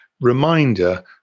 reminder